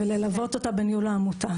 וללוות אותה בניהול העמותה.